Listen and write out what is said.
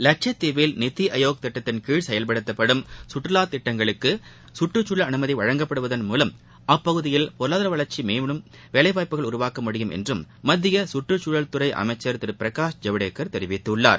லட்ச தீவில் நிதி ஆயோக் திட்டத்தின் கீழ் செயல்படுத்ப்படும் கற்றுவா திட்டப்பணிகளுக்கு கற்றுச் சூழல் அனுமதி வழங்கப்படுவதன் மூலம் அப்பகுதியில் பொருளாதார வளர்ச்சி மற்றும் வேலை வாய்ப்புகளை உருவாக்க முடியும் என மத்திய சுற்று சூழல் துறை அமைச்சர் திரு பிரகாஷ் ஜவடேகர் தெரிவித்துள்ளார்